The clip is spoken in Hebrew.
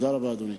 תודה רבה, אדוני.